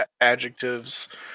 adjectives